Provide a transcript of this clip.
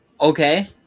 okay